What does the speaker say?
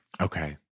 Okay